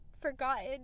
forgotten